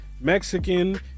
Mexican